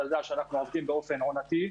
אתה יודע שאנחנו עובדים באופן עונתי.